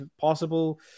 possible